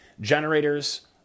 generators